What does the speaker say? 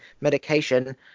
Medication